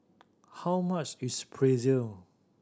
how much is Pretzel